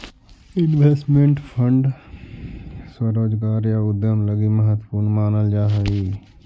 investment fund स्वरोजगार या उद्यम लगी महत्वपूर्ण मानल जा हई